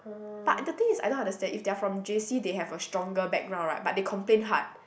but the thing is I don't understand if they are from J_C they have a stronger background right but they complain hard